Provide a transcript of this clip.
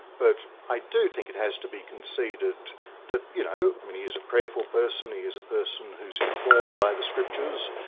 but i do think it has to be conceded that, you know, i mean he is a prayerful person, he is a person who's informed by the scriptures,